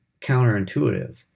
counterintuitive